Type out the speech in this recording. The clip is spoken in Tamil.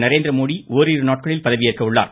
நரேந்திரமோடி ஓரிரு நாட்களில் பதவியேற்க உள்ளார்